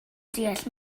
deall